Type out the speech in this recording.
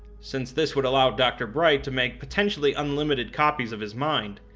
since this would allow dr. bright to make potentially unlimited copies of his mind,